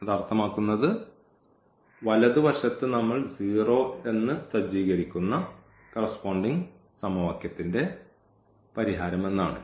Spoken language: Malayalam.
അർത്ഥമാക്കുന്നത് വലതു വശം 0 എന്ന് സജ്ജീകരിച്ചിരിക്കുന്ന സമവാക്യത്തിന്റെ പരിഹാരം എന്നാണ്